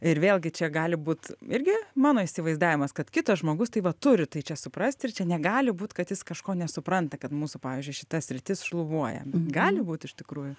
ir vėlgi čia gali būt irgi mano įsivaizdavimas kad kitas žmogus tai va turi tai čia suprasti ir čia negali būt kad jis kažko nesupranta kad mūsų pavyzdžiui šita sritis šlubuoja gali būt iš tikrųjų